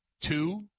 Two